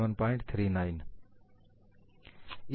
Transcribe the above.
यह ठीक है